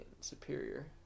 Superior